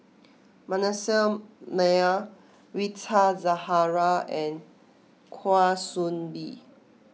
Manasseh Meyer Rita Zahara and Kwa Soon Bee